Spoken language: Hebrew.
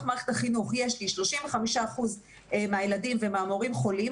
מערכת החינוך יש לי 35% מהילדים ומהמורים חולים,